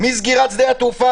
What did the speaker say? מסגירת שדה התעופה,